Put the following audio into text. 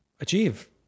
Achieve